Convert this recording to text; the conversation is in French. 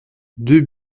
deux